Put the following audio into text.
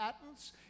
patents